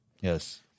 Yes